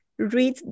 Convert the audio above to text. read